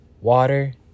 Water